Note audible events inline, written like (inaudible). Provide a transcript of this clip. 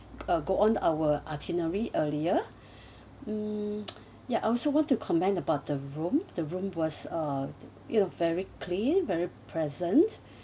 uh go on our itinerary earlier (breath) hmm (noise) yeah I also want to comment about the room the room was uh you know very clean very pleasant